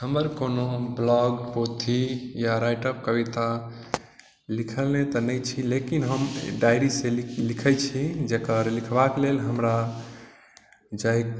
हमर कोनो ब्लॉग पोथी या राइटअप कविता लिखने तऽ नहि छी लेकिन हम डायरीसँ लिखै छी जकर लिखबाके लेल हमरा जाहि